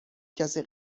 کسی